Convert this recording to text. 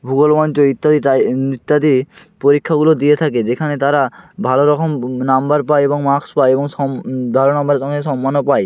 ভূগোল মঞ্চ ইত্যাদি তাই ইত্যাদি পরীক্ষাগুলো দিয়ে থাকে যেখানে তারা ভালো রকম নম্বর পায় এবং মার্কস পায় এবং সম ভালো নম্বরের সঙ্গে সম্মানও পায়